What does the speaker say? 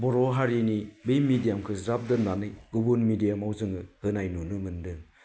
बर' हारिनि बे मिडियामखौ ज्राब दोन्नानै गुबुन मिडियामाव जोङो होनाय नुनो मोन्दों